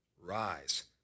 rise